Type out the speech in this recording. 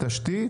תשתית?